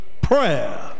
prayer